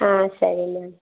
ಹಾಂ ಸರಿ ಮ್ಯಾಮ್